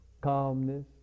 calmness